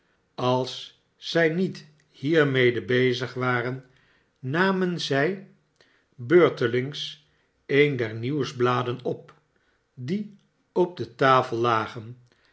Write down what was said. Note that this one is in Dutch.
als zij niet hiermede bezig waren namen zij beurtelings een der nieuwsbladen op die op de tafel lagen